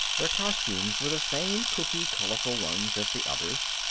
their costumes were the same kooky colorful ones as the others'.